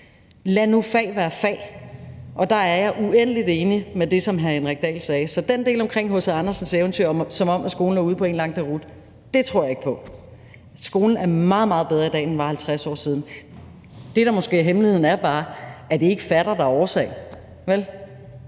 Lad nu fag være fag. Der er jeg uendelig enig i det, som hr. Henrik Dahl sagde. Så den del omkring H.C. Andersens eventyr, som om skolen er ude på én lang deroute, tror jeg ikke på. Skolen er meget, meget bedre i dag, end den var for 50 år siden. Det, der måske er hemmeligheden, er bare, at det ikke er fatter, der er årsagen, vel?